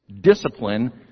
discipline